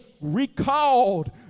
recalled